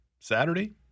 Saturday